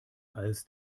als